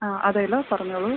ആ അതെയല്ലോ പറഞ്ഞോളൂ